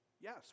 yes